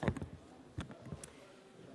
(קוראת בשמות חברי הכנסת)